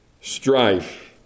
Strife